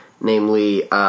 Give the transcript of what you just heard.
namely